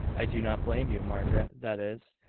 i do not blame you, margaret that is,